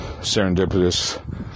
serendipitous